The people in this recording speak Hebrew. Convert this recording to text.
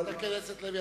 הכנסת לוי,